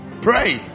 pray